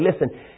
Listen